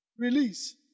release